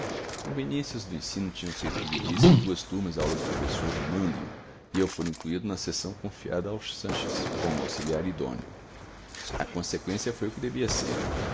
conveniências do ensino tinham feito dividir se em duas turmas a aula do professor mânlio e eu fora incluído na seção confiada ao sanches como auxiliar idôneo a conseqüência foi o que devia ser